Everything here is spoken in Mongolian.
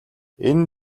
энэ